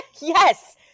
Yes